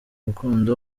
rukundo